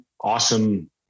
awesome